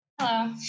Hello